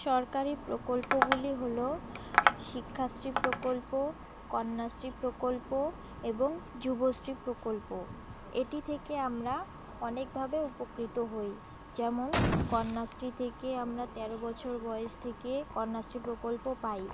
সরকারি প্রকল্পগুলি হল শিক্ষাশ্রী প্রকল্প কন্যাশ্রী প্রকল্প এবং যুবশ্রী প্রকল্প এটি থেকে আমরা অনেকভাবে উপকৃত হই যেমন কন্যাশ্রী থেকে আমরা তেরো বছর বয়স থেকে কন্যাশ্রী প্রকল্প পাই